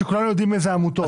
וכולנו יודעים אילו עמותות.